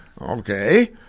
Okay